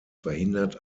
verhindert